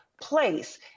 place